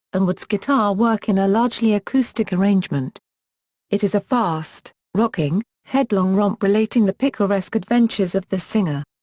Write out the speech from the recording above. and wood's guitar work in a largely acoustic arrangement it is a fast, rocking, headlong romp relating the picaresque adventures of the singer.